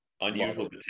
Unusual